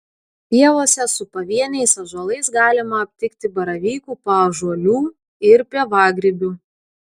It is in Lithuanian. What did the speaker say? pievose su pavieniais ąžuolais galima aptikti baravykų paąžuolių ir pievagrybių